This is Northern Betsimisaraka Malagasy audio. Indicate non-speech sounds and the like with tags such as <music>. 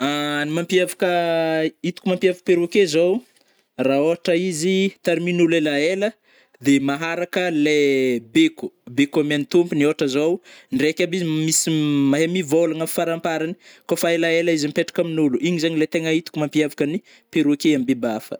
Ny mampiavaka <hesitation> hitako mampiavaka perroquet zao, rah ôhatra izy tariminolo elaela de maharaka lai <hesitation> beko-beko amiagny tômpony, ôhatra zao, ndraiky aby izy misy <hesitation> mahay mivôlagna faramparagny. Kô fa elaela izy mipetraka aminôlo, igny zegny le tegne hitako mampiavka ny perroquet am biby hafa.